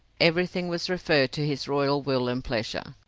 everything was referred to his royal will and pleasure.